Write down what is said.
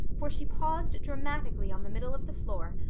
for she paused dramatically on the middle of the floor,